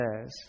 says